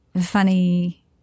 Funny